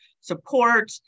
support